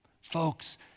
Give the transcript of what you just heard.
Folks